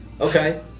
Okay